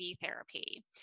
therapy